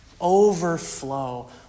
overflow